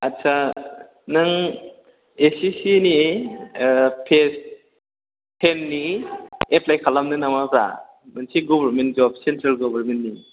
आदसा नों S S C नि ओ फेस तेन नि एप्लाइ खालामदों नामाब्रा मोनसे गभर्नमेन्त जब सेनट्रेल गभर्नमेन्तनि